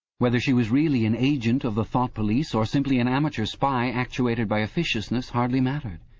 whether she was really an agent of the thought police, or simply an amateur spy actuated by officiousness, hardly mattered.